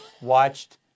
watched